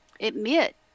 admit